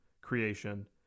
creation